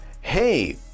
hey